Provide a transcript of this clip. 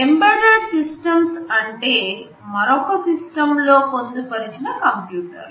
embedded systems అంటే మరొక సిస్టంలో పొందు పరిచిన కంప్యూటర్ లు